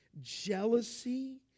jealousy